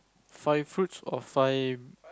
five fruits or five